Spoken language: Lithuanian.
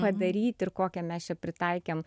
padaryti ir kokią mes čia pritaikėm